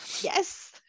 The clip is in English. Yes